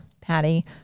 Patty